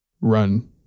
run